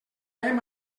hem